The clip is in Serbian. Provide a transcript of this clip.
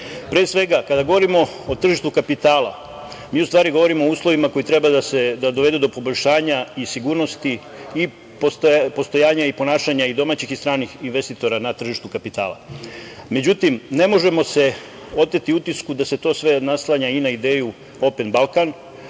svega, kada govorimo o tržištu kapitala, mi u stvari govorimo o uslovima koji treba da dovedu do poboljšanja i sigurnosti, postojanja i ponašanja domaćih i stranih investitora na tržištu kapitala.Međutim, ne možemo se oteti utisku da se to sve naslanja i na ideju "Open Balkan“,